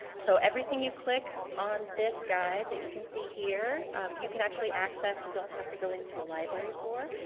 so, everything you click on this guide that you ca see here you can actually access, you don't have to go into a library for.